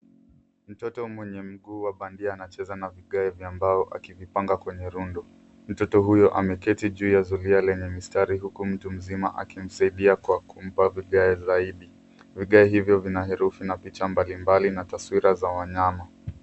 Mtoto mwenye mguu wa bandia anacheza na vigae vya mbao akivipanga kwenye rundo, mtoto huyo ameteti juu ya zulia lenye mistari huku mtu mzima akimsaidia kwa kumpa vigae zaidi, vigae hivyo vina herufi na picha mbalimbali na taswira za wanyama.